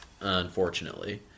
unfortunately